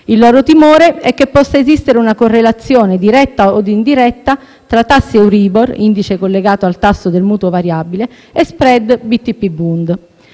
il loro timore è che possa esistere una correlazione (diretta o indiretta) tra tassi Euribor (indice collegato al tasso del mutuo variabile) e *spread* tra Btp